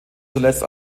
zuletzt